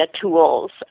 tools